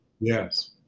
Yes